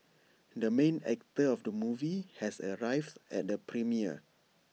the main actor of the movie has arrived at the premiere